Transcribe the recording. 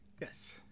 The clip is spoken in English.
Yes